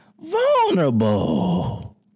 Vulnerable